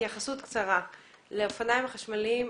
התייחסות קצרה לאופניים החשמליים.